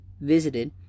visited